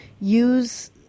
use